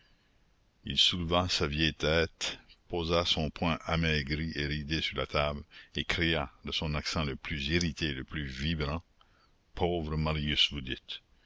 il souleva sa vieille tête posa son poing amaigri et ridé sur la table et cria de son accent le plus irrité et le plus vibrant pauvre marius